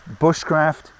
Bushcraft